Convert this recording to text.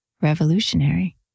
revolutionary